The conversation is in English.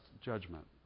judgment